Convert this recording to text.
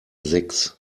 sechs